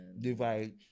divide